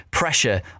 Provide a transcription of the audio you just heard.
Pressure